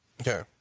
Okay